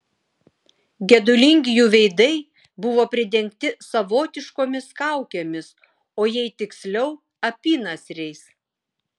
gedulingi jų veidai buvo pridengti savotiškomis kaukėmis o jei tiksliau apynasriais